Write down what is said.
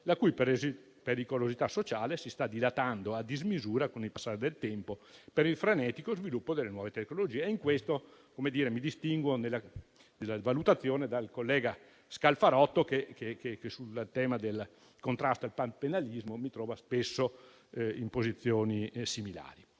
la cui pericolosità sociale si sta dilatando a dismisura con il passare del tempo per il frenetico sviluppo delle nuove tecnologie. In questo, mi distinguo nella valutazione dal collega Scalfarotto che, sul tema del contrasto al panpenalismo, mi trova spesso in posizioni similari.